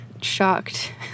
shocked